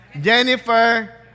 Jennifer